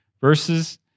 verses